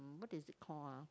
what is it called ah